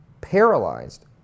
paralyzed